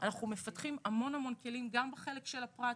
אנחנו מפתחים המון כלים גם בחלק של הפרט,